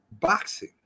boxing